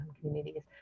communities